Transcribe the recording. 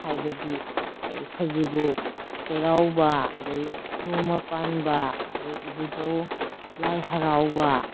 ꯍꯥꯏꯕꯗꯤ ꯁꯖꯤꯕꯨ ꯆꯩꯔꯥꯎꯕ ꯑꯗꯒꯤ ꯅꯣꯡꯃꯥ ꯄꯥꯟꯕ ꯑꯗꯒꯤ ꯏꯕꯨꯗꯧ ꯂꯥꯏ ꯍꯔꯥꯎꯕ